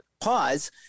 pause